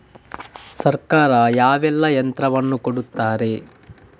ಸರ್ಕಾರ ಯಾವೆಲ್ಲಾ ಯಂತ್ರವನ್ನು ಕೊಡುತ್ತಾರೆ?